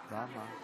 הבנתי.